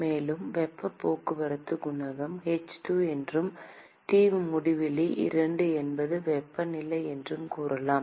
மேலும் வெப்பப் போக்குவரத்துக் குணகம் h2 என்றும் T முடிவிலி 2 என்பது வெப்பநிலை என்றும் கூறலாம்